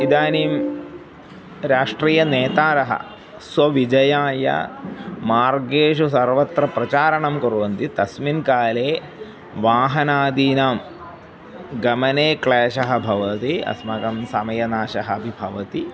इदानीं राष्ट्रीयनेतारः स्वविजयाय मार्गेषु सर्वत्र प्रचारणं कुर्वन्ति तस्मिन् काले वाहनादीनां गमने क्लेशः भवति अस्माकं समयनाशः अपि भवति